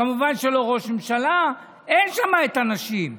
כמובן לא ראש ממשלה, אין שם את הנשים.